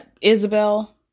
Isabel